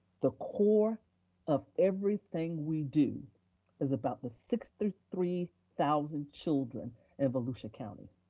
the core of everything we do is about the sixty three thousand children at volusia county.